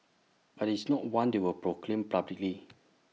but IT is not one they will proclaim publicly